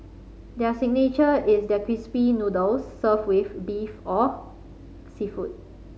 their signature is their crispy noodles served with beef or seafood